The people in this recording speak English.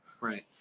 Right